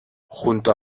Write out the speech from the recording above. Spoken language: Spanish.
junto